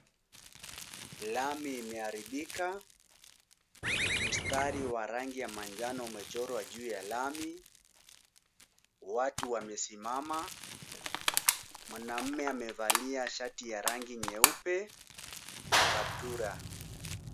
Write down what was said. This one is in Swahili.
Lami imeharibika. Mstari wa rangi ya manjano umechorwa juu ya lami. Watu wamesimama. Mwanamume amevalia shati ya rangi nyeupe na kaptura.